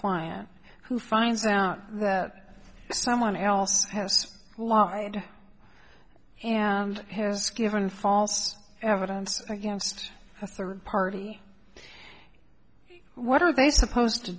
client who finds out that someone else has lied and has given false evidence against a third party what are they supposed to